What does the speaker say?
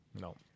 No